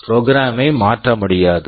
program program ஐ மாற்ற முடியாது